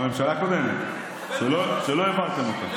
הממשלה הקודמת, ולא העברתם אותה.